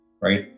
right